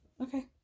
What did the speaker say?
Okay